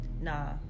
Nah